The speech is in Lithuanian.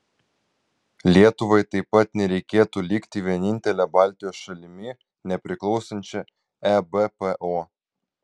lietuvai taip pat nereikėtų likti vienintele baltijos šalimi nepriklausančia ebpo